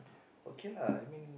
okay lah I mean